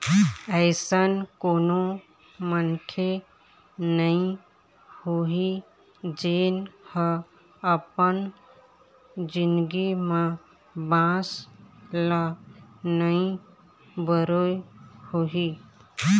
अइसन कोनो मनखे नइ होही जेन ह अपन जिनगी म बांस ल नइ बउरे होही